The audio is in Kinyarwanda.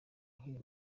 nkiri